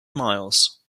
miles